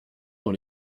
dans